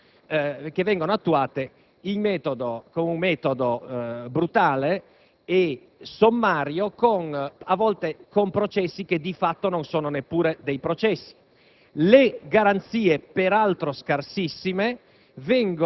il suo adeguato numero di esecuzioni che vengono attuate con metodo brutale e sommario, a volte con processi che di fatto non sono neanche tali.